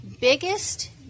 biggest